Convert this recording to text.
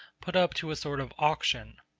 put up to a sort of auction.